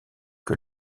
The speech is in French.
que